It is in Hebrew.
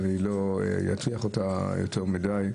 ואני לא אטריח אותה יותר מדי.